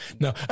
No